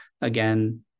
again